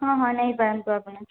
ହଁ ହଁ ନେଇଯାଆନ୍ତୁ ଆପଣ